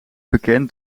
bekend